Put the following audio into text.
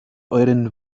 euren